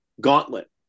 gauntlet